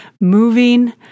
moving